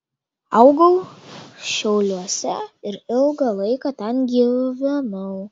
augau šiauliuose ir ilgą laiką ten gyvenau